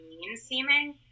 mean-seeming